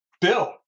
bill